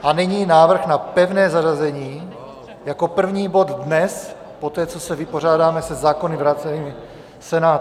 A nyní návrh na pevné zařazení jako první bod dnes poté, co se vypořádáme se zákony vrácenými Senátem.